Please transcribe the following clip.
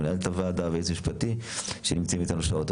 מנהלת הוועדה וייעוץ משפטי שנמצאים איתנו שעות.